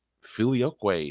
Filioque